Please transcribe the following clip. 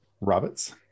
Robots